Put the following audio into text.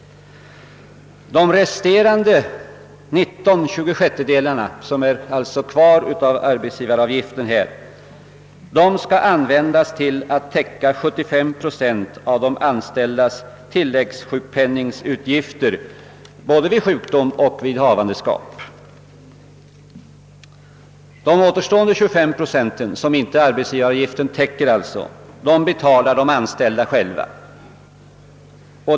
Resten av arbetsgivaravgifterna — alltså 19/25 — skall användas till att täcka 75 procent av de anställdas tilläggssjukpenningsutgifter både vid sjukdom och vid havandeskap. De återstående 25 procenten, som alltså inte täcks av arbetsgivaravgiften, betalar de anställda själva.